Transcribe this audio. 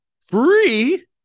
Free